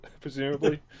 presumably